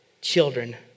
children